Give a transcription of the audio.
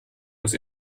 muss